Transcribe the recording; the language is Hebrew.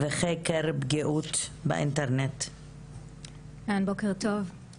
אז אני מרצה וחוקרת בתחום הפסיכולוגיה של האינטרנט במכללת אורנים.